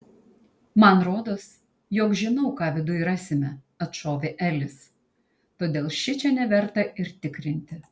man rodos jog žinau ką viduj rasime atšovė elis todėl šičia neverta ir tikrinti